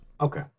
Okay